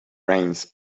rains